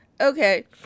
Okay